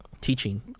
teaching